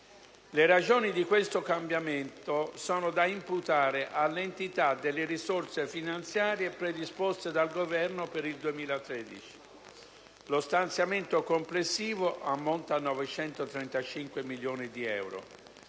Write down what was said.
Le ragioni di questo cambiamento sono da imputare all'entità delle risorse finanziarie predisposte dal Governo per il 2013. Lo stanziamento complessivo ammonta a 935 milioni di euro.